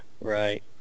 Right